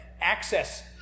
access